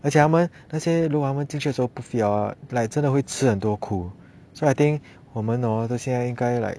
而且他们那些如果他们进去的时候不 fit hor like 真的会吃很多苦 so I think 我们 hor 现在都应该 like